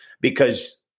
because-